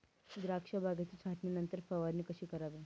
द्राक्ष बागेच्या छाटणीनंतर फवारणी कशी करावी?